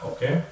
Okay